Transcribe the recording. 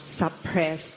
suppress